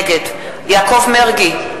נגד יעקב מרגי,